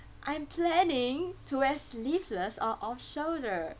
I'm planning to wear sleeveless or off shoulder